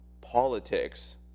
politics